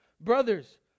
Brothers